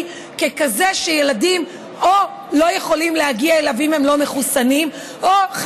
ככזה שילדים לא יכולים להגיע אליו אם הם לא מחוסנים או,